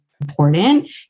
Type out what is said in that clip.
important